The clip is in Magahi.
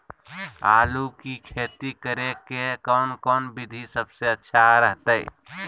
आलू की खेती करें के कौन कौन विधि सबसे अच्छा रहतय?